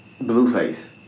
Blueface